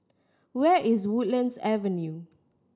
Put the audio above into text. where is Woodlands Avenue